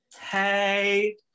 Hey